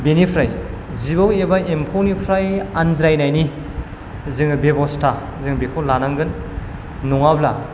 बेनिफ्राय जिबौ एबा एम्फौनिफ्राय आनज्रायनायनि जोङो बेब'सथा जों बिखौ लानांगोन नङाब्ला